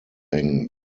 eng